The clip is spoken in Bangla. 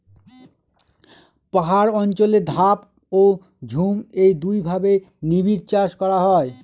পাহাড় অঞ্চলে ধাপ ও ঝুম এই দুইভাবে নিবিড়চাষ করা হয়